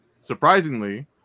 surprisingly